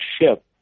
ship